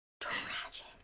tragic